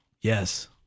yes